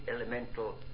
elemental